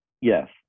Yes